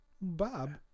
Bob